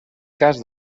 cas